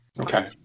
Okay